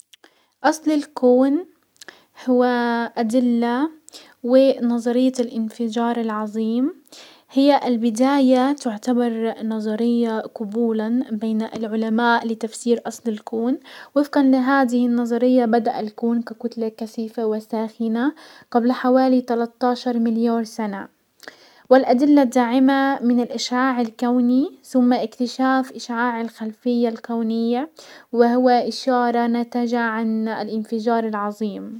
اصل الكون هو ادلة، ونزرية الانفجار العظيم هي البداية. تعتبر نزرية قبولا بين العلماء لتفسير اصل الكون، وفقا لهذه النظرية بدأ الكون ككتلة كسيفة وساخنة قبل حوالي تلتاشر مليار سنة والادلة الداعمة من الاشعاع الكوني سم اكتشاف اشعاع الخلفية الكونية، وهو اشارة نتج عن الانفجار العظيم.